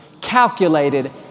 calculated